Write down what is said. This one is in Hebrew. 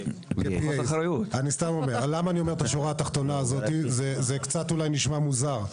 זה נשמע קצת מוזר.